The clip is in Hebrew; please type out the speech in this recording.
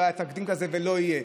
לא היה תקדים כזה ולא יהיה.